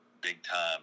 big-time